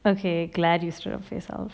okay glad you sort of yourself